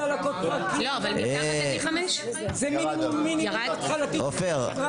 --- ודלקות פרקים --- זה מינימום מינימום התחלתי --- עופר,